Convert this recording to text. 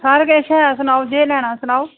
सारा किश ऐ केह् लैना सनाओ जेह् लैना सनाओ